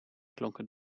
klonken